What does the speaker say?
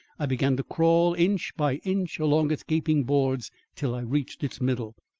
i began to crawl, inch by inch, along its gaping boards till i reached its middle.